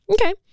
Okay